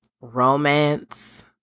romance